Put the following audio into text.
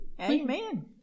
Amen